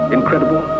Incredible